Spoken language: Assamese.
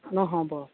নহ'ব